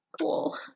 Cool